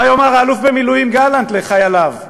מה יאמר האלוף במילואים גלנט לחייליו?